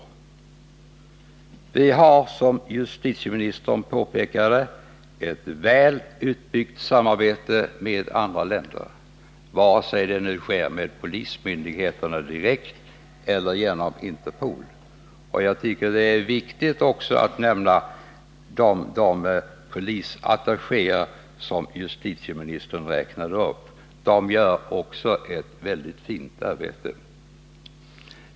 Vi har, som justitieministern påpekat, ett väl utbyggt samarbete med andra länder, vare sig det nu sker mellan polismyndigheterna direkt eller genom Interpol. Jag tycker att det också är viktigt att nämna de polisattachéer som justitieministern räknade upp. De gör också ett väldigt fint arbete.